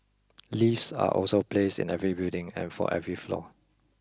lifts are also place in every building and for every floor